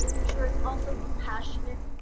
make sure it's also compassionate,